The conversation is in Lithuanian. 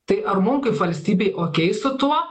tai ar mum kaip valstybei okei su tuo